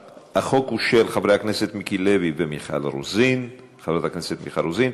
החוק הוא של חבר הכנסת מיקי לוי וחברת הכנסת מיכל רוזין.